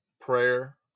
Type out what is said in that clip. prayer